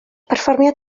perfformiad